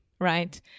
right